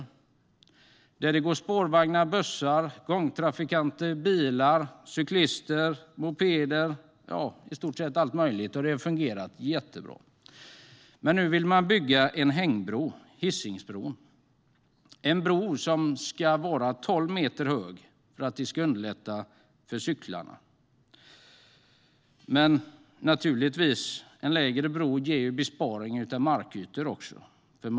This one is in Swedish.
Bron trafikeras av spårvagnar, bussar, gångtrafikanter, bilar, cyklister, mopeder och allt möjligt, och det har fungerat jättebra. Nu vill man bygga en hängbro - Hisingsbron - som ska vara tolv meter hög för att man ska underlätta för cyklisterna. En lägre bro ger naturligtvis besparingar i fråga om markytor.